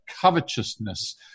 covetousness